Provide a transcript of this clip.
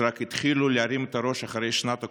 שרק התחילו להרים את הראש אחרי שנת הקורונה,